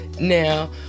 Now